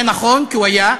זה נכון כי הוא היה,